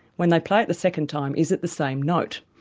when they play it the second time, is it the same note?